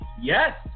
Yes